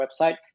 website